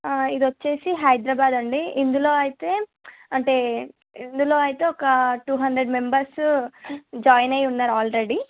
ఇదొచ్చేసి హైదరాబాదండి ఇందులో అయితే అంటే ఇందులో అయితే ఒక టు హండ్రెడ్ మెంబర్సు జాయిన్ అయి ఉన్నారు ఆల్రెడీ